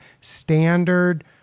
standard